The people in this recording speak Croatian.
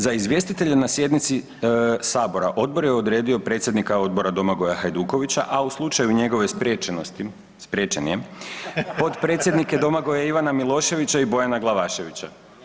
Za izvjestitelje na sjednici sabora odbor je odredio predsjednika odbora Domagoja Hajdukovića, a u slučaju njegove spriječenosti, spriječen je, potpredsjednik je Domagoja Ivana Miloševića i Bojana Glavaševića.